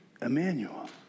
Emmanuel